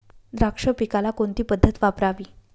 द्राक्ष पिकाला कोणती पद्धत वापरावी?